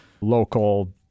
local